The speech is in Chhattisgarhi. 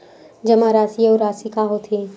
जमा राशि अउ राशि का होथे?